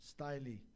Styly